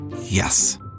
Yes